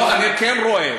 לא, אני כן רואה.